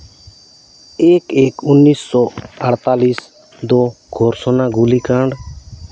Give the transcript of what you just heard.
ᱮᱠ ᱮᱠ ᱩᱱᱤᱥᱥᱚ ᱟᱴᱛᱟᱞᱤᱥ ᱠᱷᱚᱨᱥᱚᱶᱟ ᱜᱩᱞᱤ ᱠᱟᱱᱰ